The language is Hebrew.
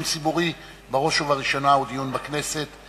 ודיון ציבורי הוא בראש ובראשונה דיון בכנסת.